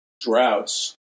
droughts